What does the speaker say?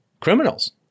criminals